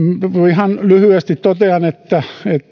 ihan lyhyesti totean että